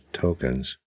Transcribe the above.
tokens